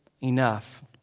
enough